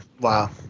Wow